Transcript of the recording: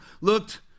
looked